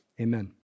amen